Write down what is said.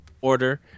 order